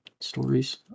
stories